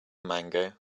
mango